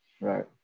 Right